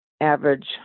average